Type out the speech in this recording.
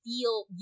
Feel